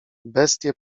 bestie